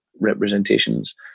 representations